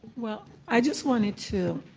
well, i just wanted to